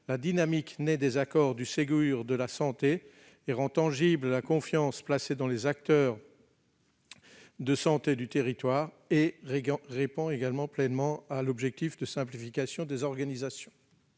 la dynamique née des accords du Ségur de la santé et à rendre tangible la confiance placée dans les acteurs de santé du territoire. En outre, elle répond pleinement à l'objectif de simplification des organisations.